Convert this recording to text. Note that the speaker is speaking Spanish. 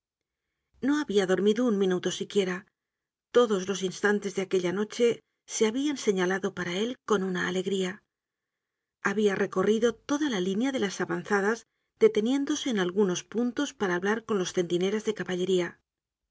no habia dormido un minuto siquiera todos los instantes de aquella noche se habian señalado para él con una alegría habia recorrido toda la línea de las avanzadas deteniéndose en algunos puntos para hablar con los centinelas de caballería